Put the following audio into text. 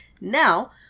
now